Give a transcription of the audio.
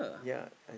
ya I